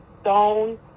stone